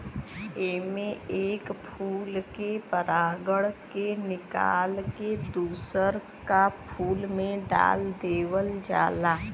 एमे एक फूल के परागण के निकाल के दूसर का फूल में डाल देवल जाला